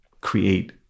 create